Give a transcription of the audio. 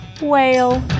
Whale